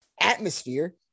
atmosphere